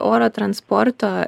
oro transporto